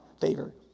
favor